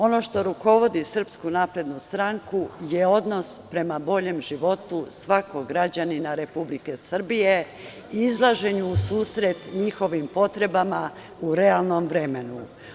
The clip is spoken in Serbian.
Ono što rukovodi SNS je odnos prema boljem životu svakog građanina Republike Srbije i izlaženju u susret njihovim potrebama u realnom vremenu.